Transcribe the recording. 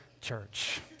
church